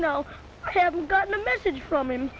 no i haven't gotten a message from him